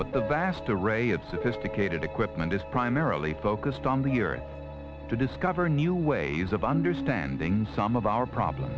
but the vast array of sophisticated equipment is primarily focused on the earth to discover new ways of understanding some of our prob